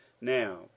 now